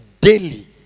daily